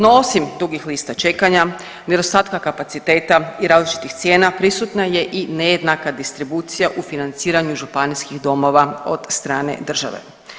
No osim dugih lista čekanja, nedostatka kapaciteta i različitih cijena prisutna je i nejednaka distribucija u financiranju županijskih domova od strane države.